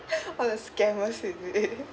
all the scammers will do it